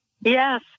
Yes